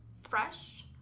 fresh